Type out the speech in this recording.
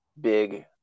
big